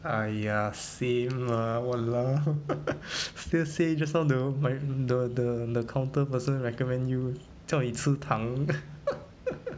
!aiya! same lah !walao! still say just now never buy the the the counter person recommend you 叫你吃糖